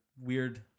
weird